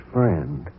Friend